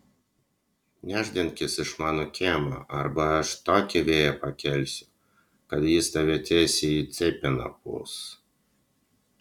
nešdinkis iš mano kiemo arba aš tokį vėją pakelsiu kad jis tave tiesiai į cypę nupūs